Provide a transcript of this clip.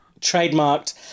trademarked